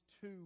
two